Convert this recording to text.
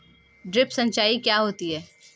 Drip सिंचाई क्या होती हैं?